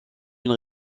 une